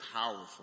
powerful